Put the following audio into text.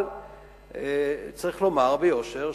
אבל צריך לומר ביושר,